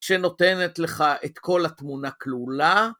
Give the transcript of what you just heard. שנותנת לך את כל התמונה כלולה.